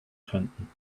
könnten